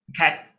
Okay